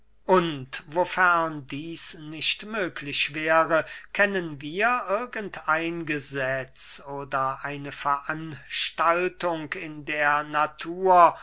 und wofern dieß nicht möglich wäre kennen wir irgend ein gesetz oder eine veranstaltung in der natur